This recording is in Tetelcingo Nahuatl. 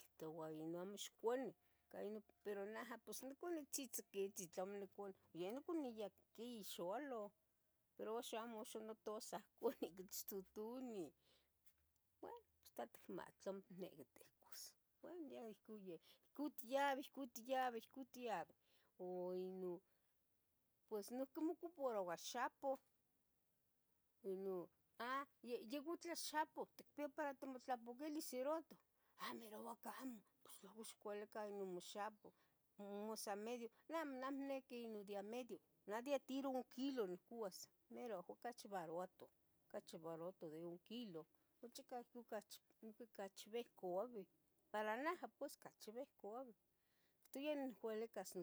Ictoua ino amo ixconi ica ino, pero naha pos niconi tzitzicotzi, tlamo nicuni. yeh iniconia ihquin xoloh pero uxa amo, uxa notozahconeu niquichtotoni, buen, pues ticmati tlamo itniqui ticouas, bueno ya ohcon yeh. Co tiabi co tiabi co tiabi ua ino, pues noiqui mocuparoua xapoh ino ah ya otla xapoh, ¿ticpia para motlapaquilis serato? ha mirauac amo, pos tlahco ixualica ino moxapoh mos sa medio, nah amo amo niqui non de a medio neh de atiro un kilo incouas ocachi baruato ocachi baruato de un kilo, ocachi noiqui ocachi behcabi para naha pos ocachi behcabi ictoua yeh neh nicualicas noxapoh